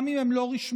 גם אם הם לא רשמיים,